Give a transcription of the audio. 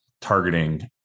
targeting